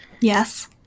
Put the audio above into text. yes